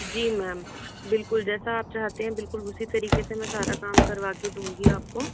जी ma'am बिल्कुल जैसा आप चाहते हैं बिल्कुल उसी तरीके से मैं सारा काम करवा के दूंगी आपको